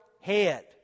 head